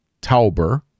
Tauber